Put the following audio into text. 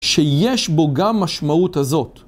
שיש בו גם משמעות הזאת.